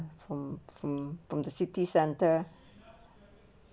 from from from the city centre